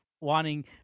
wanting